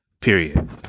period